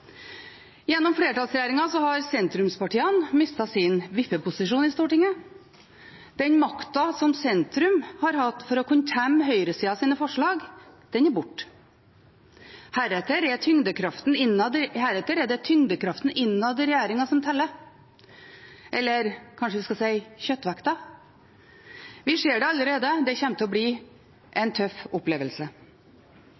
Gjennom flertallsregjeringen har sentrumspartiene mistet sin vippeposisjon i Stortinget. Den makten som sentrum har hatt for å kunne temme høyresidas forslag, er borte. Heretter er det tyngdekraften innad i regjeringen som teller – eller kanskje vi skal si kjøttvekten. Vi ser det allerede; det kommer til å bli